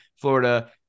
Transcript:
Florida